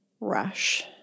rush